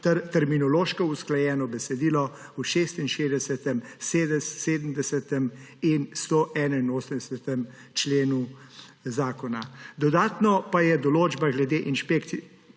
terminološko usklajeno besedilo v 66., 70. in 181. členu zakona. Dodana pa je določba glede inšpekcijskega